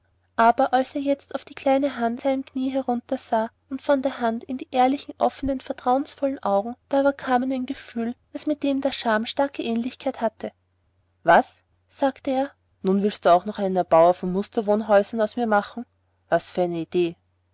aber als er jetzt auf die kleine hand auf seinem knie heruntersah und von der hand in die ehrlichen offnen vertrauensvollen augen da überkam ihn ein gefühl das mit dem der scham starke ähnlichkeit hatte was sagte er nun willst du auch noch einen erbauer von musterwohnhäusern aus mir machen was für eine idee